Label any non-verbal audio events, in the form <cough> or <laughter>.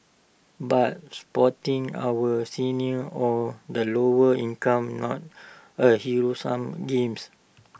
but supporting our seniors or the lower income on A <unintelligible> sum games